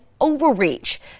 overreach